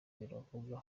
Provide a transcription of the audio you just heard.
biravuga